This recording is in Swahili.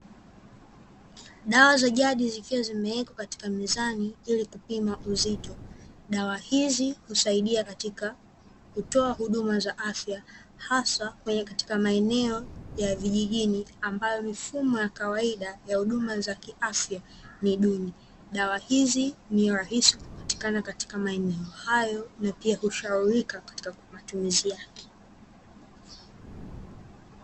Dawa za jadi zikiwa zimewekwa katika mzani ili kupima uzito. Dawa hizi husaidia katika kutoa huduma za afya, haswa kwenye kutoka maeneo ya vijijini, ambayo mifumo ya kawaida ya huduma za kiafya ni duni. Dawa hizi ni rahisi kupatikana katika maeneo hayo na pia hushaurika katika matumizi yake.